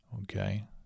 Okay